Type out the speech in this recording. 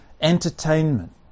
entertainment